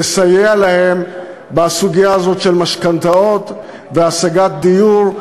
לסייע להם בסוגיה הזאת של משכנתאות והשגת דיור,